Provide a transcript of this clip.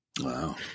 wow